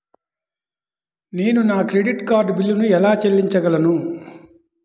నేను నా credit card బిల్లును ఎలా చెల్లించగలను?